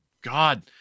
God